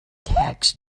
tax